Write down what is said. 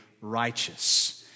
righteous